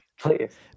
Please